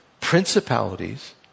principalities